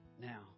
Now